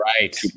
right